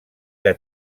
que